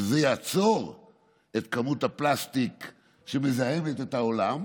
שזה יעצור את כמות הפלסטיק שמזהמת את העולם,